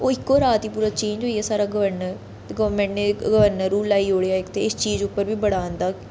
ओह् इक्को रात च पूरा ई चेंज होई गेआ साढ़ा गवर्नर ते गोरमैंट ने गवर्नर रुल लाई ओड़ेआ इक ते इस चीज उप्पर बी बडा आंदा